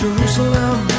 Jerusalem